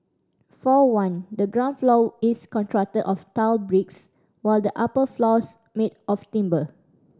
for one the ground floor is constructed of tiled bricks while the upper floors made of timber